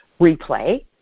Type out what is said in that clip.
replay